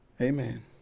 Amen